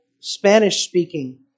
Spanish-speaking